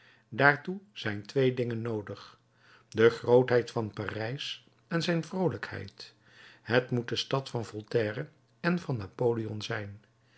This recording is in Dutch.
daartoe zijn twee dingen noodig de grootheid van parijs en zijn vroolijkheid het moet de stad van voltaire en van napoleon zijn